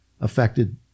affected